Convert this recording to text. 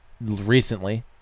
recently